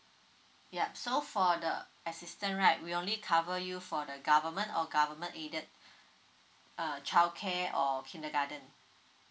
yup so for the assistant right we only cover you for the government or government aided uh childcare or kindergarten